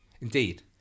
Indeed